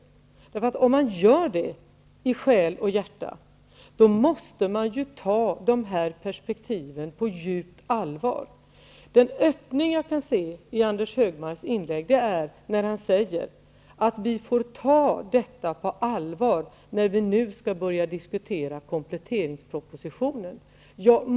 Om man i själ och hjärta uppfattar arbetslösheten som ett gissel måste man ju ta dessa perspektiv på djupt allvar. Den öppning jag kan se i Anders G. Högmarks inlägg är att han säger att vi får ta detta på allvar när vi nu skall börja diskutera kompletteringspropositionen.